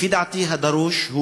לפי דעתי, דרושים